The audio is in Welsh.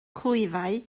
clwyfau